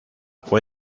fue